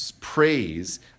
praise